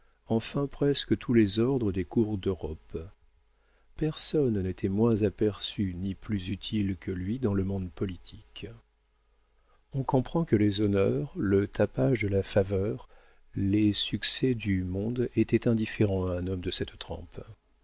enfin presque tous les ordres des cours d'europe personne n'était moins aperçu ni plus utile que lui dans le monde politique on comprend que les honneurs le tapage de la faveur les succès du monde étaient indifférents à un homme de cette trempe